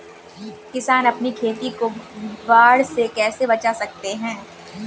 किसान अपनी खेती को बाढ़ से कैसे बचा सकते हैं?